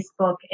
Facebook